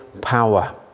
power